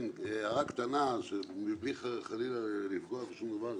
כן, הערה קטנה, מבלי חלילה לפגוע באף אחד.